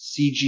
CG